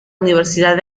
universidad